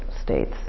states